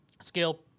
scale